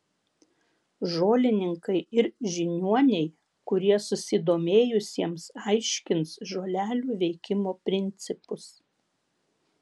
žolininkai ir žiniuoniai kurie susidomėjusiems aiškins žolelių veikimo principus